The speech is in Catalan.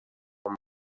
com